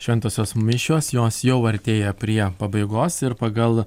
šventosios mišios jos jau artėja prie pabaigos ir pagal